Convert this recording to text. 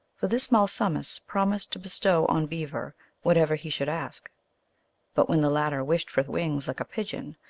for this malsumsis promised to bestow on beaver what ever he should ask but when the latter wished for wings like a pigeon,